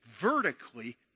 vertically